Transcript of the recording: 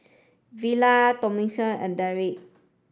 Villa Tomeka and Darrick